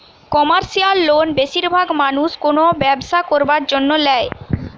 commercial loan বেশিরভাগ মানুষ কোনো ব্যবসা করার জন্য ল্যায়